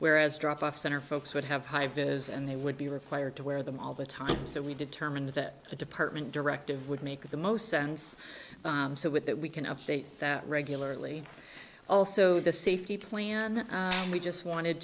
whereas drop off center folks would have high visit and they would be required to wear them all the time so we determined that the department directive would make the most sense so with that we can update that regularly also the safety plan and we just wanted